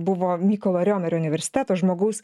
buvo mykolo riomerio universiteto žmogaus